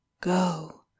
go